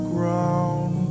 Ground